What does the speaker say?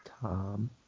Tom